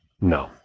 No